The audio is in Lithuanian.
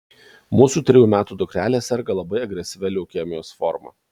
mūsų trejų metų dukrelė serga labai agresyvia leukemijos forma